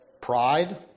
pride